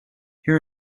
here